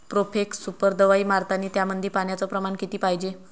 Profex super दवाई मारतानी त्यामंदी पान्याचं प्रमाण किती पायजे?